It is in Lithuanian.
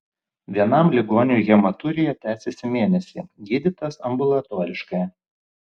vienam ligoniui hematurija tęsėsi mėnesį gydytas ambulatoriškai